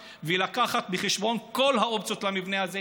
ולהביא בחשבון את כל האופציות למבנה הזה,